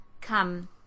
come